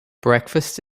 breakfast